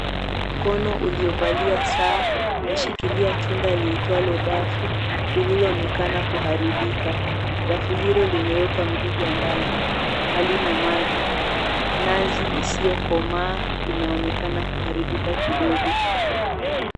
Mkono uliovalia saa umeshikilia tunda liitwalo dafu lililoonekana kuharibika. Dafu hilo limewekwa mrija ndani halina maji, nazi isiyokomaa inaonekana kuharibika kidogo.